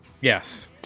Yes